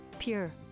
Pure